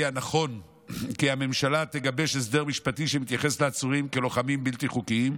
נכון כי הממשלה תגבש הסדר משפטי שמתייחס לעצורים כלוחמים בלתי חוקיים,